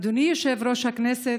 אדוני יושב-ראש הכנסת,